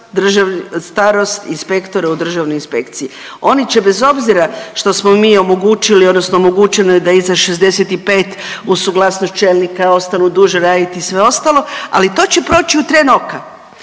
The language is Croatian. starost inspektora u državnoj inspekciji. Oni će bez obzira što smo mi omogućili, odnosno omogućeno je da iza 65 uz suglasnost čelnika ostanu duže raditi i sve ostalo, ali to će proći u tren oka,